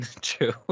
True